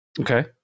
Okay